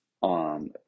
on